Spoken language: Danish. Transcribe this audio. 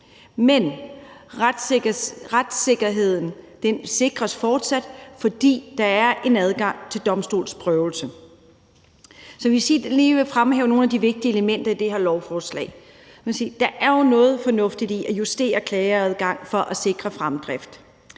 Men retssikkerheden sikres fortsat, fordi der er en adgang til domstolsprøvelse. Så hvis man lige vil fremhæve nogle af de vigtige elementer i det her lovforslag, kan man sige, at der er noget fornuftigt i at justere klageadgangen for at sikre fremdrift,